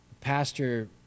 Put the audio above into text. Pastor